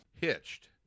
Hitched